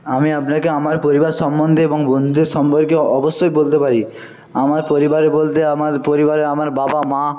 আমি আপনাকে আমার পরিবার সম্বন্ধে এবং বন্ধুদের সম্পর্কে অবশ্যই বলতে পারি আমার পরিবারে বলতে আমার পরিবারে আমার বাবা মা